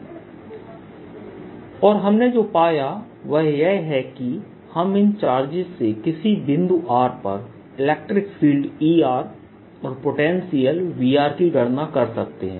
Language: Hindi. bPn b P और हमने जो पाया वह यह है कि हम इन चार्जेस से किसी बिंदु r पर इलेक्ट्रिक फील्डEr और पोटेंशियल Vr की गणना कर सकते हैं